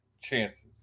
chances